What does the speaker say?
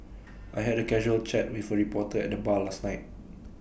I had A casual chat with A reporter at the bar last night